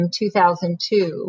2002